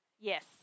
Yes